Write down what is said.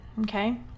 okay